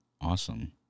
awesome